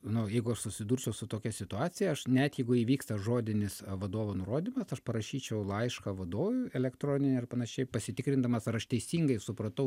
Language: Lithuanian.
nu jeigu aš susidursiu su tokia situacija aš net jeigu įvyksta žodinis vadovų nurodymas aš parašyčiau laišką vadovui elektroninį ar panašiai pasitikrindamas ar aš teisingai supratau